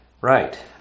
Right